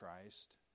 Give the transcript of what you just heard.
Christ